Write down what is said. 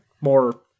more